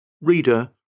Reader